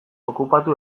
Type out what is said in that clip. okupatu